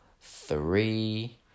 three